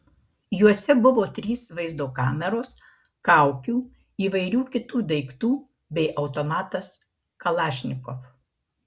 juose buvo trys vaizdo kameros kaukių įvairių kitų daiktų bei automatas kalašnikov